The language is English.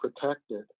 protected